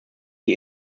die